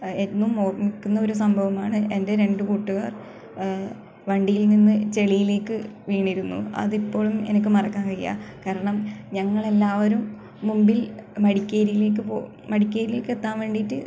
എന്നും ഓർമിക്കുന്ന ഒരു സംഭവമാണ് എന്റെ രണ്ടു കൂട്ടുകാർ വണ്ടിയിൽ നിന്ന് ചെളിയിലേക്ക് വീണിരുന്നു അതിപ്പോഴും എനിക്ക് മറക്കാൻ കഴിയില്ല കാരണം ഞങ്ങള് എല്ലാവരും മുമ്പിൽ മടിക്കേരിയിലേക്ക് പോ മടിക്കേരിയിലേക്ക് എത്താന് വേണ്ടിയിട്ട്